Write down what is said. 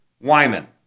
Wyman